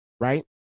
right